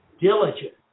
diligent